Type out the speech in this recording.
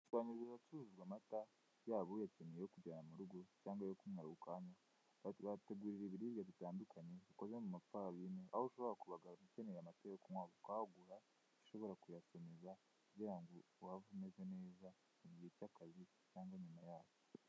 Ahantu hacuruzwa amata yaba uyakeneye yo kujyana mu rugo, cyangwa ayo kunywa ako kanya babategurira ibiribwa abitandukanye bikoze mu mafarini aho ushobora kubagana ukeneye amata yo kunywa ukaba wagura icyo ushobora kuyasomeza kugira ngo uhave umeze neza mu gihe cy'akazi cyangwa nyuma yaho.